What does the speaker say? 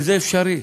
זה אפשרי.